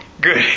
good